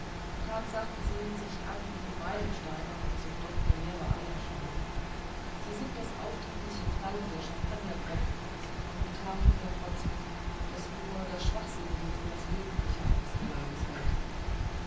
tatsachen sehen sich an wie meilensteine und sind doch nur leere eierschalen sie sind das aufdringliche knallen der champagnerpfropfen an den tafeln der protzen das nur der schwachsinnige für das wesentliche eines gelages hält